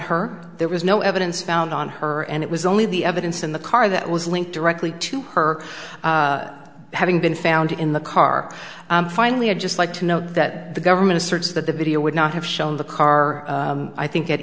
her there was no evidence found on her and it was only the evidence in the car that was linked directly to her having been found in the car finally i'd just like to know that the government asserts that the video would not have shown the car i think it